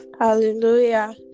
hallelujah